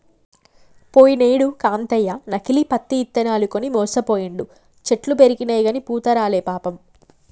పోయినేడు కాంతయ్య నకిలీ పత్తి ఇత్తనాలు కొని మోసపోయిండు, చెట్లు పెరిగినయిగని పూత రాలే పాపం